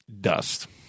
Dust